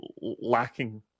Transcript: lacking